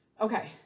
Okay